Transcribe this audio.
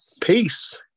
Peace